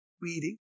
reading